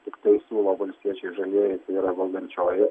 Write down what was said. tiktai siūlo valstiečiai žalieji tai yra valdančioji